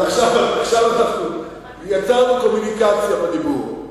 אז עכשיו יצרנו קומוניקציה בדיבור.